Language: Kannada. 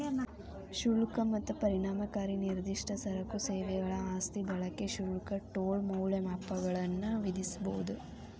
ಶುಲ್ಕ ಮತ್ತ ಪರಿಣಾಮಕಾರಿ ನಿರ್ದಿಷ್ಟ ಸರಕು ಸೇವೆಗಳ ಆಸ್ತಿ ಬಳಕೆ ಶುಲ್ಕ ಟೋಲ್ ಮೌಲ್ಯಮಾಪನಗಳನ್ನ ವಿಧಿಸಬೊದ